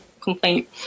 complaint